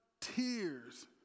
tears